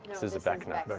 this is vecna. and